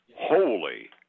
Holy